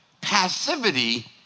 Passivity